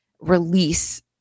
release